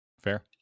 Fair